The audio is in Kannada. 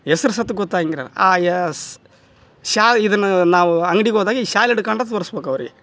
ಹೆಸ್ರ್ ಸತ ಗೊತ್ತಾಗಿರೋಲ್ಲ ಆ ಎಸ್ ಶಾಲು ಇದನ್ನು ನಾವು ಅಂಗ್ಡಿಗೆ ಹೋದಾಗ ಈ ಶಾಲು ಇಡ್ಕಂಡು ತೋರ್ಸ್ಬಕು ಅವರಿಗೆ